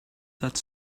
that